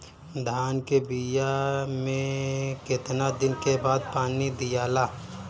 धान के बिया मे कितना दिन के बाद पानी दियाला?